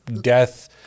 death